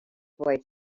boy